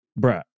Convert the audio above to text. bruh